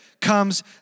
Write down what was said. comes